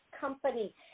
company